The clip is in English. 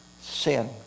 sin